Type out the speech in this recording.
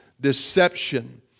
deception